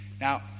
Now